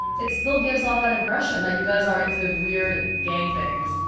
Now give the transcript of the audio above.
it still gives off that impression that you guys are into weird gang things